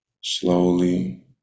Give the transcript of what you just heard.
slowly